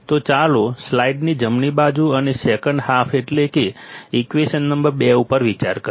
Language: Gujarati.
તો ચાલો સ્લાઇડની જમણી બાજુ અને સેકન્ડ હાલ્ફ એટલે કે ઈક્વેશન નંબર 2 ઉપર વિચાર કરીએ